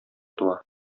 туа